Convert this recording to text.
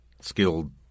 skilled